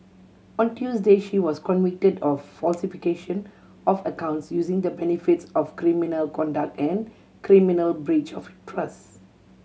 on Tuesday she was convicted of falsification of accounts using the benefits of criminal conduct and criminal breach of trust